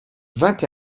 vingt